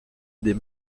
des